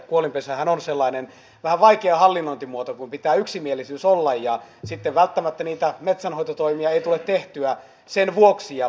kuolinpesähän on sellainen vähän vaikea hallinnointimuoto kun pitää yksimielisyys olla ja sitten välttämättä niitä metsänhoitotoimia ei tule tehtyä sen vuoksi ja puu ei liiku